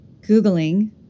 Googling